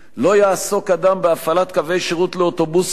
"לא יעסוק אדם בהפעלת קווי שירות לאוטובוסים,